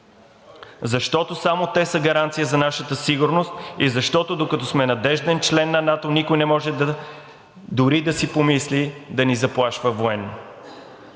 защото само те са гаранция за нашата сигурност и защото, докато сме надежден член на НАТО, никой не може дори да си помисли да ни заплашва военно.